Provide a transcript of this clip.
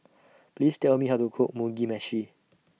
Please Tell Me How to Cook Mugi Meshi